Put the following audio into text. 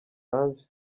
ange